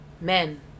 Men